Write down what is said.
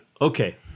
Okay